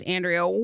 Andrea